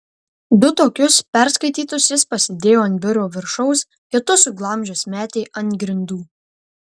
du tokius perskaitytus jis pasidėjo ant biuro viršaus kitus suglamžęs metė ant grindų